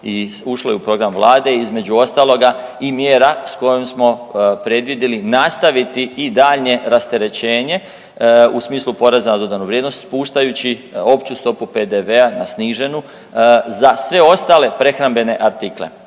i ušlo je u program Vlade između ostaloga i mjera sa kojom smo predvidjeli nastaviti i daljnje rasterećenje u smislu poreza na dodanu vrijednost spuštajući opću stopu PDV-a na sniženu za sve ostale prehrambene artikle.